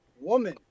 woman